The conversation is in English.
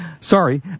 Sorry